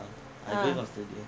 ah